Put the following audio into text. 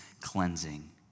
cleansing